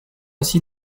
aussi